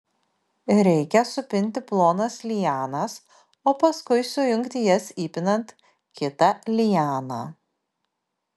reikia supinti plonas lianas o paskui sujungti jas įpinant kitą lianą